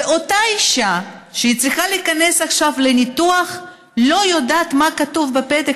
ואותה אישה שצריכה עכשיו להיכנס לניתוח לא יודעת מה כתוב בפתק,